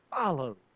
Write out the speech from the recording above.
follow